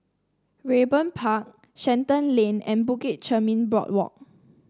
Raeburn Park Shenton Lane and Bukit Chermin Boardwalk